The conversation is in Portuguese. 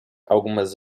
algumas